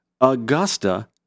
Augusta